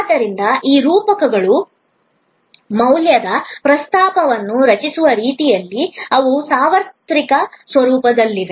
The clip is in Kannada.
ಆದ್ದರಿಂದ ಈ ರೂಪಕಗಳು ಮೌಲ್ಯದ ಪ್ರಸ್ತಾಪಗಳನ್ನು ರಚಿಸುವ ರೀತಿಯಲ್ಲಿ ಅವು ಸಾರ್ವತ್ರಿಕ ಸ್ವರೂಪದಲ್ಲಿವೆ